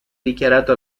dichiarato